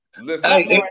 Listen